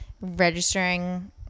registering